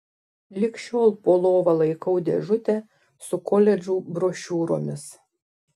lig šiol po lova laikau dėžutę su koledžų brošiūromis